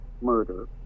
murder